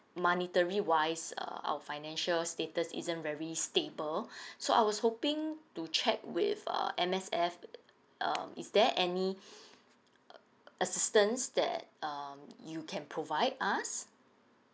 monetary wise uh our financial status isn't very stable so I was hoping to check with uh M_S_F um is there any uh assistance that um you can provide us